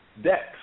decks